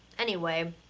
anyway,